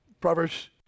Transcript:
Proverbs